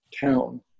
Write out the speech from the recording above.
town